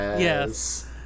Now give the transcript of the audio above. yes